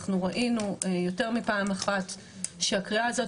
אנחנו ראינו יותר מפעם אחת שהקריאה הזאת